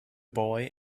boy